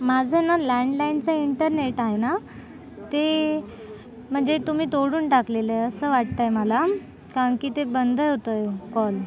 माझं ना लँडलाईनचां इंटरनेट आहे ना ते म्हणजे तुम्ही तोडून टाकलेलंय असं वाटतंय मला कारण की ते बंद होतंय कॉल